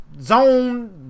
zone